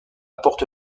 porte